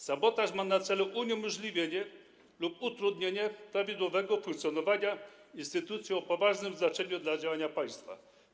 Sabotaż ma na celu uniemożliwienie lub utrudnienie prawidłowego funkcjonowania instytucji o poważnym znaczeniu dla działania państwa.